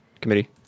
Committee